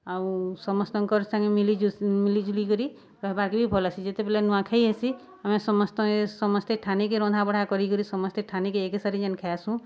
ଆଉ ସମସ୍ତଙ୍କର୍ ସାଙ୍ଗେ ମିଲିଜୁଲିକରି ରାହେବାକେ ବି ଭଲ୍ ଲାଗ୍ସି ଯେତେବେଲେ ନୂଆଖାଇ ହେସି ଆମେ ସମସ୍ତେ ସମସ୍ତେ ଠାନେକେ ରନ୍ଧାବଢ଼ା କରିକିରି ସମସ୍ତେ ଠାନେକି ଏକେସାରି ଯେନ୍ ଖାଏସୁଁ